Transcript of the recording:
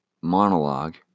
monologue